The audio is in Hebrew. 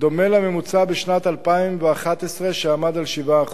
דומה לממוצע בשנת 2011 שעמד על 7%